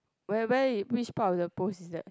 where where which part of the post is that